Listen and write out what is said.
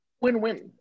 win-win